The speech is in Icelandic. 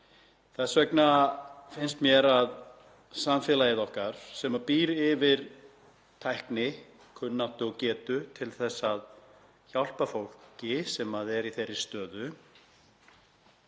það. Mér finnst því að samfélagið okkar, sem býr yfir tækni, kunnáttu og getu til að hjálpa fólki sem er í þeirri stöðu,